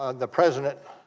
ah the president